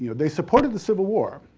they supported the civil war.